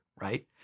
right